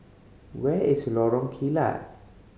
where is Lorong Kilat